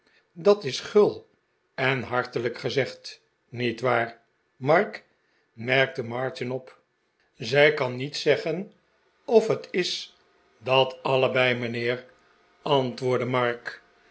dat is gul en hartelijk gezegd niet waar mark merkte martin op zij kan niets zeggen of het is dat allemaarten chuzzlewit bei mijnheer t antwoordde mark